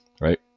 right